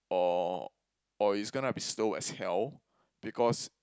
or or it's gonna be slow as hell because